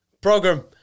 Program